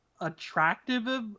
attractive